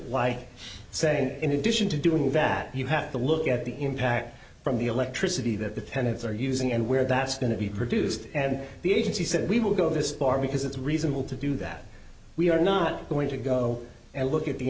like saying in addition to doing that you have to look at the impact from the electricity that the tenants are using and where that's going to be produced and the agency said we will go this far because it's reasonable to do that we are not going to go and look at the